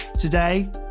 Today